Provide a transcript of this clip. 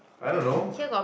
I don't know